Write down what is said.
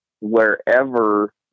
wherever